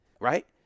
right